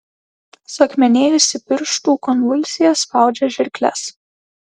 suakmenėjusi pirštų konvulsija spaudžia žirkles